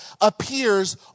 appears